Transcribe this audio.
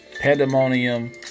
Pandemonium